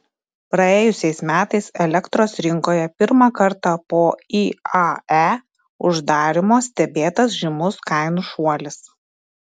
praėjusiais metais elektros rinkoje pirmą kartą po iae uždarymo stebėtas žymus kainų šuolis